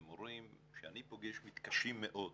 והמורים שאני פוגש מתקשים מאוד.